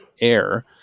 Air